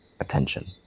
attention